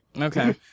Okay